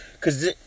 Cause